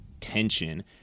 tension